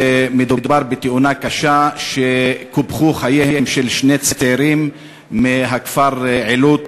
מדובר בתאונה קשה שקופחו בה חייהם של שני צעירים מהכפר עילוט: